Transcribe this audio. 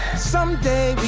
someday,